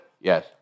Yes